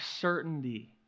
certainty